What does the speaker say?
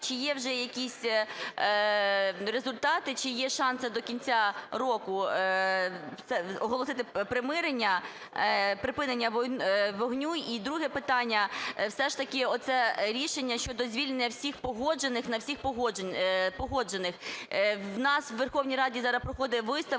чи є вже якісь результати, чи є шанси до кінця року оголосити примирення, припинення вогню? І друге питання - все ж таки це рішення щодо звільнення всіх погоджених на всіх погоджених. У нас в Верховній Раді зараз проходить виставка,